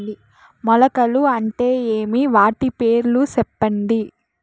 మొలకలు అంటే ఏమి? వాటి పేర్లు సెప్పండి?